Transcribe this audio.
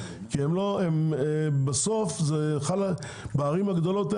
כי בסוף בערים הגדולות,